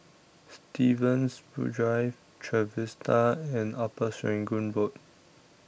Stevens Drive Trevista and Upper Serangoon Road